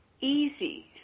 easy